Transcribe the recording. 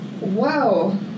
wow